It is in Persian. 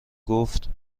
گفت